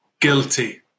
guilty